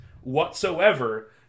whatsoever